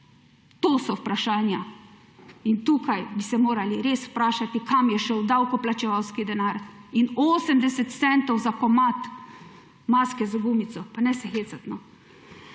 To so vprašanja in tukaj bi se morali res vprašati kam je šel davkoplačevalski denar. In 80 centov za komad maske z gumico! Pa ne se hecati,